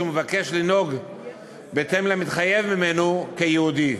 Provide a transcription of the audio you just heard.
שמבקש לנהוג בהתאם למתחייב ממנו כיהודי.